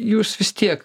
jūs vis tiek